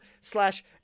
slash